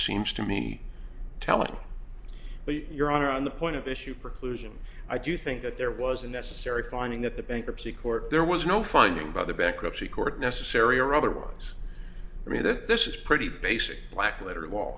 seems to me telling your honor on the point of issue preclusion i do think that there was a necessary finding at the bankruptcy court there was no finding by the bankruptcy court necessary or otherwise i mean that this is pretty basic black letter